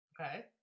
Okay